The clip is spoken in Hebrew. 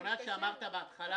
הרציונל שאמרת בהתחלה